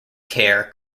care